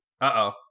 Uh-oh